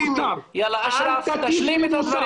יאללה אשרף, תשלים את הדברים.